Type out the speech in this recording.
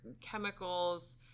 chemicals